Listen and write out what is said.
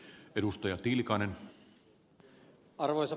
arvoisa puhemies